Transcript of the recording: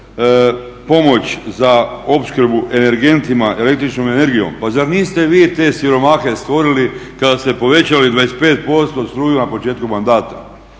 pomoć za opskrbu energentima električnom energijom, pa zar niste vi te siromahe stvorili kada ste povećali 25% struju na početku mandata?